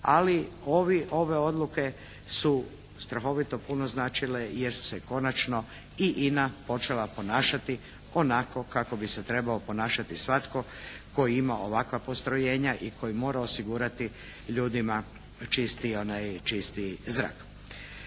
ovi, ove odluke su strahovito puno značile jer su se konačno i INA počela ponašati onako kako bi se trebao ponašati svatko tko ima ovakva postrojenja i tko mora osigurati ljudima čisti zrak.